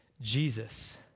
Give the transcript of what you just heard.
Jesus